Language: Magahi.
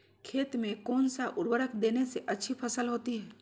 खेत में कौन सा उर्वरक देने से अच्छी फसल होती है?